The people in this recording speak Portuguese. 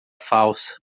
falsa